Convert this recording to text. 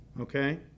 okay